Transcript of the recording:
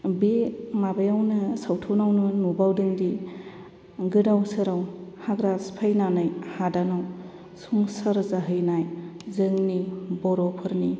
बे माबायावनो सावथुनाव नुबावदोंदि गोदाव सोराव हाग्रा सिफायनानै हादानाव संसार जाहैनाय जोंनि बर'फोरनि